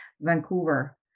Vancouver